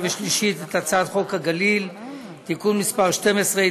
ושלישית את הצעת חוק הגליל (תיקון מס' 12),